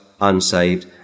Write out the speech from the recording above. unsaved